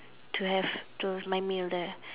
to have to my meal there